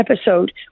episode